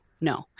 no